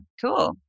Cool